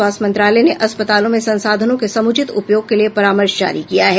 स्वास्थ्य मंत्रालय ने अस्पतालों में संसाधनों के समुचित उपयोग के लिए परामर्श जारी किया है